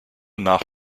nach